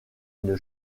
une